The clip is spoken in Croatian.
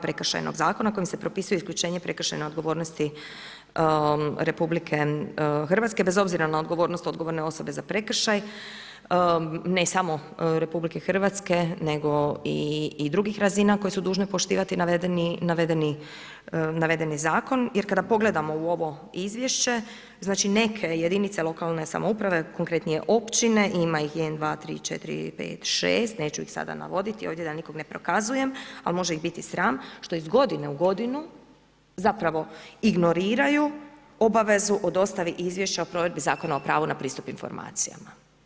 Prekršajnog zakona kojim se propisuje isključenje prekršajne odgovornosti RH bez odgovornost odgovorne osobe za prekršaj, ne samo RH nego i drugih razina koje su dužne poštivati navedeni zakon jer kada pogledamo u ovo izvješće neke jedinice lokalne samouprave konkretnije općine ima ih 6, neću ih sada navodi ovdje da nikoga ne prokazujem, a može ih biti sram što iz godine u godinu ignoriraju obavezu o dostavi izvješća o provedbi Zakona o pravu na pristup informacijama.